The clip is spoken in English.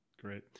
Great